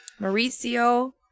Mauricio